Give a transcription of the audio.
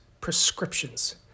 prescriptions